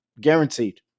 Guaranteed